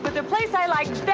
the place i liked,